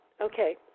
okay